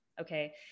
Okay